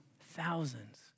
thousands